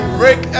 break